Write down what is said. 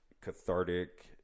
cathartic